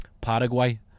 Paraguay